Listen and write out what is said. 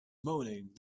moaning